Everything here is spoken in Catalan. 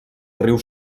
riu